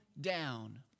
down